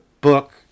book